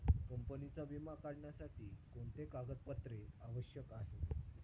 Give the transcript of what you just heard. कंपनीचा विमा काढण्यासाठी कोणते कागदपत्रे आवश्यक आहे?